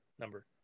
number